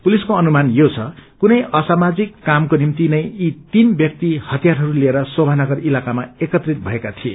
पुलिसको अनुमान यो छ छुने असामाजिक कामको निम्ति नै यी तीन व्यक्ति छतियारहरू लिएर श्रोधानगर इताकामा एकत्रत भएका थिए